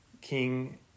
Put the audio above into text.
King